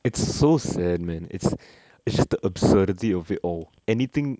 it's so sad man it's it's the absurdity of it all anything